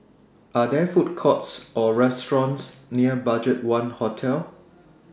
Are There Food Courts Or restaurants near BudgetOne Hotel